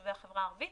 ביישובי החברה הערבית,